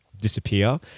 disappear